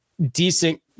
decent